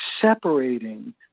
separating